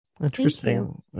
Interesting